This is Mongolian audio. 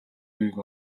үгийг